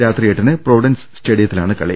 രാത്രി എട്ടിന് പ്രൊവിഡൻസ് സ്റ്റേഡിയത്തിലാണ് കളി